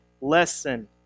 lesson